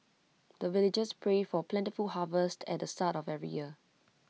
the villagers pray for plentiful harvest at the start of every year